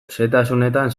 xehetasunetan